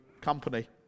company